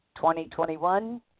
2021